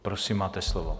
Prosím, máte slovo.